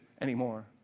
anymore